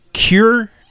Cure